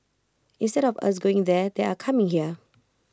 instead of us going there they are coming here